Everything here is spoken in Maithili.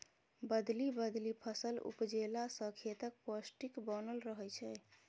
बदलि बदलि फसल उपजेला सँ खेतक पौष्टिक बनल रहय छै